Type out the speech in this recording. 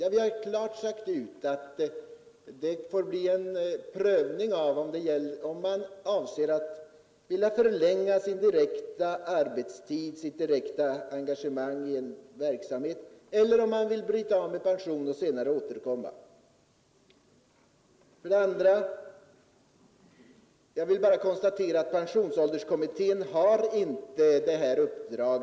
Men vi har klart sagt ut att vi kan tänka oss antingen en förlängning av den direkta arbetstiden och det direkta engagemanget i en verksamhet eller att bryta av med pension och senare återkomma För det andra vill jag konstatera att pensionsålderskommittén inte har ett sådant här uppdrag.